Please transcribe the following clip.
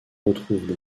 retrouvent